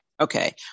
okay